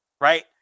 Right